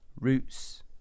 roots